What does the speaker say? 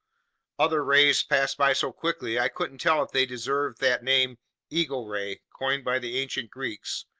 other rays passed by so quickly i couldn't tell if they deserved that name eagle ray coined by the ancient greeks,